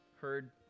heard